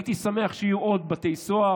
הייתי שמח שיהיו עוד בתי סוהר,